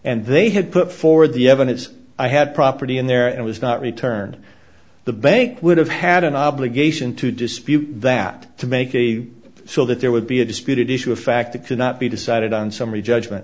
and they had put forward the evidence i had property in there and was not returned the bank would have had an obligation to dispute that to make a so that there would be a disputed issue of fact it cannot be decided on summary judgment